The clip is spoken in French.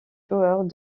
joueurs